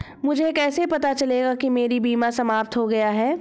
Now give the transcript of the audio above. मुझे कैसे पता चलेगा कि मेरा बीमा समाप्त हो गया है?